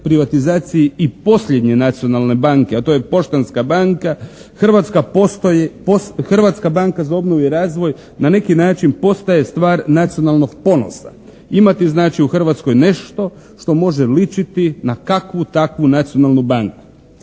privatizaciji i posljednje nacionalne banke a to je Poštanska banka Hrvatska postoji, Hrvatska banka za obnovu i razvoj na neki način postaje stvar nacionalnog ponosa. Imati znači imati u Hrvatskoj nešto što može ličiti na kakvu takvu nacionalnu banku.